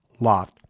lot